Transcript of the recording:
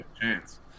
chance